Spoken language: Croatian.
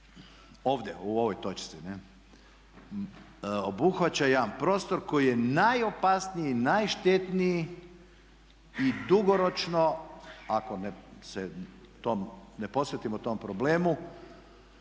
ovdje u ovoj točci, ne, obuhvaća jedan prostor koji je najopasniji, najštetniji i dugoročno ako se ne posvetimo tom problemu